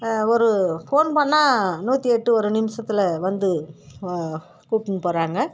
ஒரு ஃபோன் பண்ணால் நூற்றி எட்டு ஒரு நிமிஷத்தில் வந்து கூட்டுனு போகிறாங்க